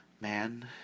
Man